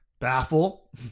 Baffle